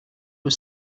was